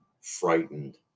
frightened